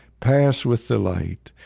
pass with the light,